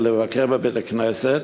ולבקר בבית-הכנסת,